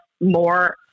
more